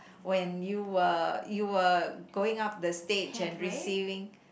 when you were you were going up the stage and receiving